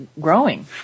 growing